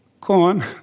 corn